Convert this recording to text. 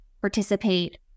participate